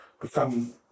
become